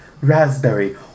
raspberry